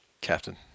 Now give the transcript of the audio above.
captain